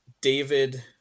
David